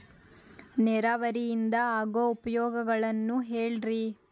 ನೇರಾವರಿಯಿಂದ ಆಗೋ ಉಪಯೋಗಗಳನ್ನು ಹೇಳ್ರಿ